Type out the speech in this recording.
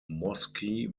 mosque